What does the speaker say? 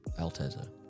Altezza